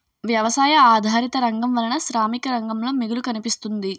వ్యవసాయ ఆధారిత రంగం వలన శ్రామిక రంగంలో మిగులు కనిపిస్తుంది